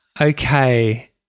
okay